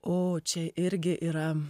o čia irgi yra